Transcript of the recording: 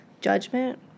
judgment